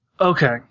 Okay